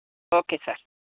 okay sir